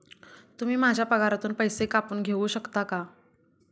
तुम्ही माझ्या पगारातून पैसे कापून घेऊ शकता का?